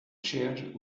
charged